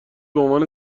بعنوان